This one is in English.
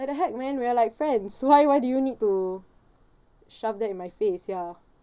what the heck man we're like friends why why do you need to shove that in my face ya